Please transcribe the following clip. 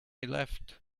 left